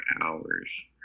hours